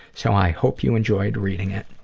so i hope you enjoyed reading it.